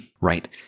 Right